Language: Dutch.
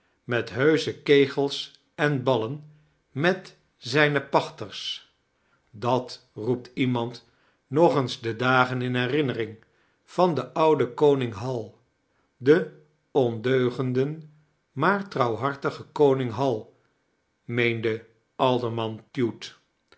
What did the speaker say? met henselae kegels en ballen met zijne pachters dat roept ieimand nog eens de dagen in herinnering van den ouden koning hal den ondeugenden maar trouwhartigen koning hal i meende alderman cute